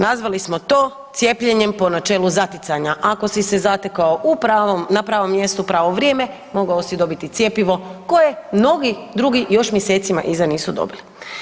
Nazvali smo to cijepljenjem po načelu zaticanja, ako si se zatekao na pravom mjestu u pravo vrijeme, mogao si dobiti cjepivo koje mnogi drugi još mjesecima iza nisu dobili.